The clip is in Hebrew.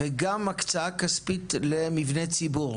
וגם הקצאה כספית למבני ציבור.